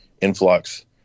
influx